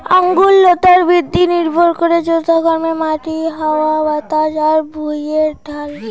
আঙুর লতার বৃদ্ধি নির্ভর করে যথাক্রমে মাটি, হাওয়া বাতাস আর ভুঁইয়ের ঢাল